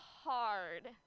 hard